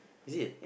is it